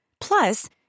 Plus